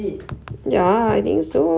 like all the useless mods